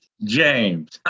James